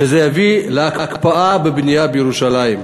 שיביא להקפאה בבנייה בירושלים.